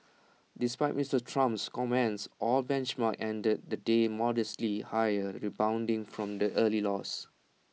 despite Mister Trump's comments all benchmarks ended the day modestly higher rebounding from early losses